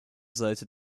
seite